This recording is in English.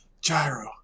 Gyro